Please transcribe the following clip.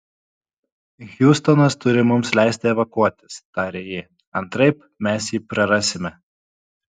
hjustonas turi mums leisti evakuotis tarė ji antraip mes jį prarasime